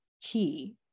key